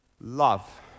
love